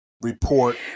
report